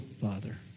Father